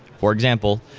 for example,